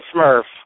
Smurf